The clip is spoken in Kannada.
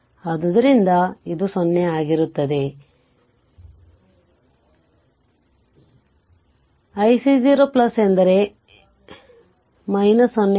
ಆದ್ದರಿಂದ ic 0 ಎಂದರೆ 0